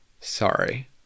Sorry